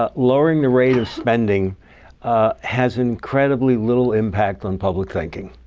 ah lowering the rate of spending has incredibly little impact on public thinking.